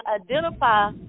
identify